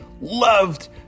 loved